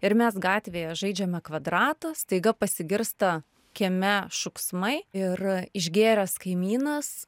ir mes gatvėje žaidžiame kvadratą staiga pasigirsta kieme šūksmai ir išgėręs kaimynas